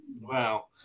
Wow